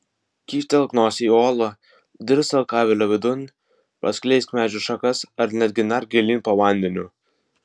kyštelk nosį į olą dirstelk avilio vidun praskleisk medžių šakas ar netgi nerk gilyn po vandeniu